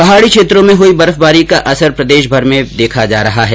पहाडी क्षेत्रों में हई बर्फबारी का असर प्रदेश में भी देखा जा रहा है